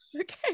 okay